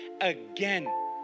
again